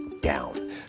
down